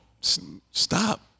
stop